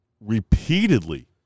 repeatedly